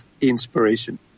inspiration